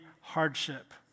hardship